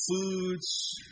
foods